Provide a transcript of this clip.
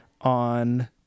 on